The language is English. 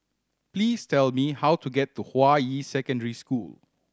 please tell me how to get to Hua Yi Secondary School